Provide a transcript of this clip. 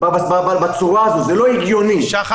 קודם